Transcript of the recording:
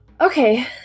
Okay